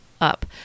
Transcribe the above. up